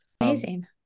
Amazing